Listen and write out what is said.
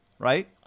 Right